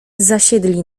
zasiedli